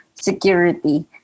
security